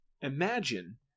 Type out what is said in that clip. Imagine